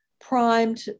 primed